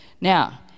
Now